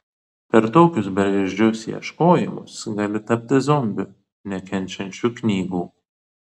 per tokius bergždžius ieškojimus gali tapti zombiu nekenčiančiu knygų